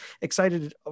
excited